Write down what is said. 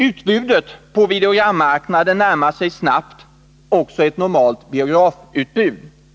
Utbudet på videogrammarknaden närmar sig också snabbt ett normalt biografutbud.